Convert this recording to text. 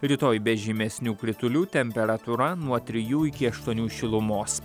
rytoj be žymesnių kritulių temperatūra nuo trijų iki aštuonių šilumos